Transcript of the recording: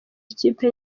ikipe